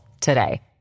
today